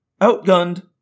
outgunned